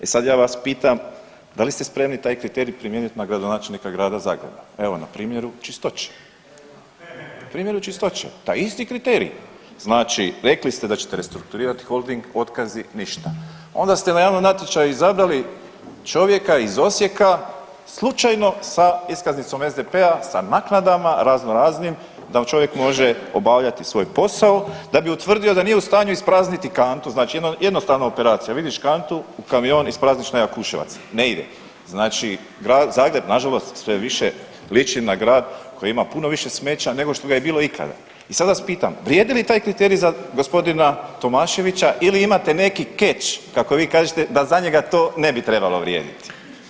E sad ja vas pitam da li ste spremni taj kriterij primijenit na gradonačelnika Grada Zagreba, evo na primjeru Čistoće, na primjeru Čistoće taj isti kriterij, znači rekli ste da ćete restrukturirati Holding, otkazi ništa, onda ste na javnom natječaju izabrali čovjeka iz Osijeka slučajno sa iskaznicom SDP-a sa naknadama razno raznim da čovjek može obavljati svoj posao da bi utvrdio da nije u stanju isprazniti kantu, znači jedna jednostavna operacija, vidiš kantu, u kamion, isprazniš na Jakuševac, ne ide, znači Grad Zagreb nažalost sve više liči na grad koji ima puno više smeća nego što ga je bilo ikada i sad vas pitam, vrijedi li taj kriterij za g. Tomaševića ili imate neki keč kako vi kažete da za njega to ne bi trebalo vrijediti?